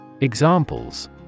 Examples